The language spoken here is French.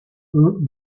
eux